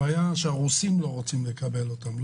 הבעיה היא שהרוסים לא רוצים לקבל אותם.